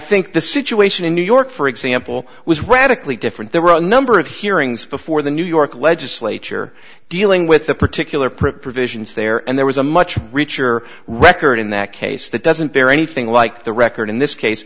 think the situation in new york for example was radically different there were a number of hearings before the new york legislature dealing with the particular provisions there and there was a much richer record in that case that doesn't bear anything like the record in this case